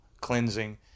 cleansing